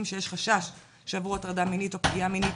שיש חשש שעברו הטרדה מינית או פגיעה מינית,